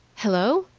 hello!